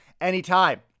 anytime